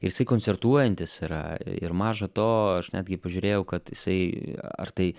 is koncertuojantis yra ir maža to aš netgi pažiūrėjau kad isai ar tai